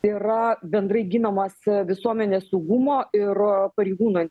yra bendrai ginamas visuomenės saugumo ir pareigūno